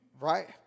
right